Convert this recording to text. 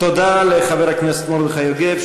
תודה לחבר הכנסת מרדכי יוגב,